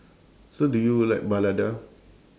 so do you like balada